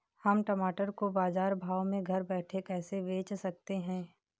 हम टमाटर को बाजार भाव में घर बैठे कैसे बेच सकते हैं?